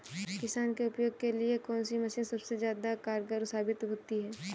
किसान के उपयोग के लिए कौन सी मशीन सबसे ज्यादा कारगर साबित होती है?